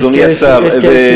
אדוני השר, איזה,